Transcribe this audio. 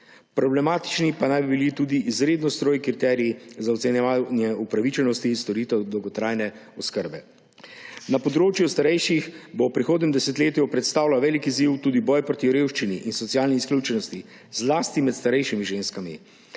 Problematični pa naj bi bili tudi izredno strogi kriteriji za ocenjevanje upravičenosti iz storitev dolgotrajne oskrbe. Na področju starejših bo v prihodnjem desetletju predstavljal velik izziv tudi boj proti revščini in socialni izključenosti zlasti med starejšimi ženskami.